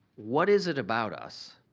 what is it about us